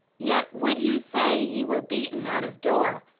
yet would you say ye were beaten out of door,